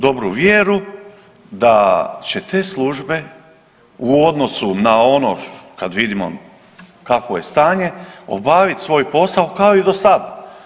Dobru vjeru da će te službe u odnosu na ono kad vidimo kakvo je stanje obaviti svoj posao, kao i dosad.